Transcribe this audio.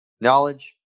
knowledge